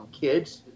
kids